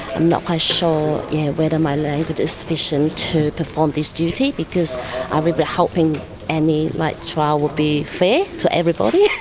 i'm not quite sure yeah whether my language is sufficient to perform this duty, because i would be hoping any like trial would be fair to everybody.